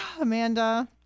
Amanda